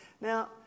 Now